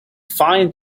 find